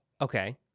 Okay